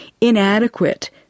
inadequate